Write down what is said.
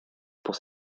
pour